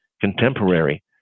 contemporary